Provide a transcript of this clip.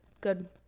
Good